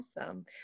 Awesome